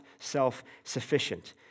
self-sufficient